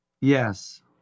Yes